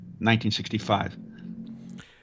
1965